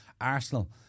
Arsenal